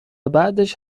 بعدش